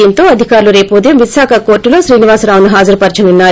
దీంతో అధికారులు రేపు ఉదయం విశాఖ కోర్టులో శ్రీనివాసరావును హాజరుపర్సనున్నారు